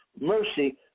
mercy